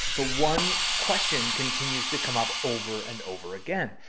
but one. question continues to come up over and over again.